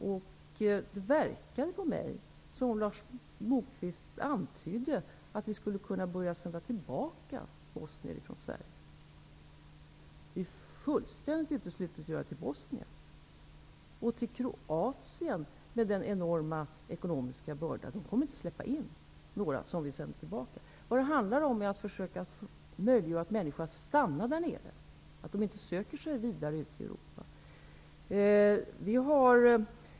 Det verkade på mig som om Lars Moquist antydde att vi skulle kunna börja sända tillbaka bosnier från Sverige. Det är fullständigt uteslutet att sända någon till Bosnien, och Kroatien, som har en enorm ekonomisk börda, kommer inte att släppa in några som vi sänder tillbaka. Vad det handlar om är att möjliggöra för människor att stanna där nere och inte söka sig vidare ut i Europa.